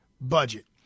budget